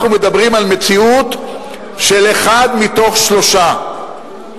אנחנו מדברים על מציאות של אחד מתוך שלושה,